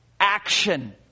action